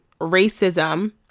racism